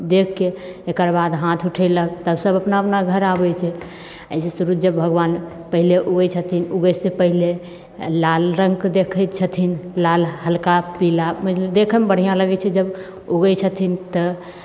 देखके एकर बाद हाथ उठेलक तब सब अपना अपना घर आबय छै आओर जे सूरूजे भगवान पहिले उगय छथिन उगयसँ पहिले लाल रङ्गके देखैत छथिन लाल हल्का पीला देखयमे बढ़िआँ लगय छै जब उगय छथिन तऽ